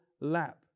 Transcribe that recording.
lap